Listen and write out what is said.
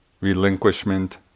relinquishment